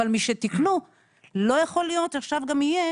אבל משתיקנו לא יכול להיות שעכשיו גם יהיה